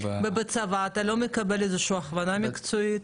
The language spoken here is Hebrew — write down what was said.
ובצבא אתה לא מקבל איזה שהיא הכוונה מקצועית?